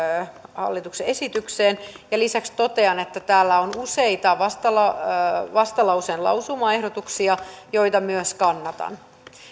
hallituksen esitykseen ja lisäksi totean että täällä on useita vastalauseen vastalauseen lausumaehdotuksia joita myös kannatan